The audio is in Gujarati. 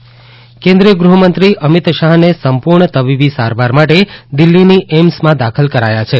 અમિત શાહ એઇમ્સ કેન્દ્રિય ગૃહમંત્રી અમિત શાહને સંપૂર્ણ તબીબી સારવાર માટે દિલ્ફીની એઇમ્સમાં દાખલ કરાયા છે